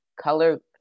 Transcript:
color